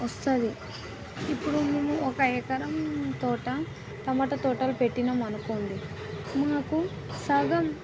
వస్తుంది ఇప్పుడు మేము ఒక ఎకరం తోట టమాటా తోటలు పెట్టాము అనుకోండి మాకు సగం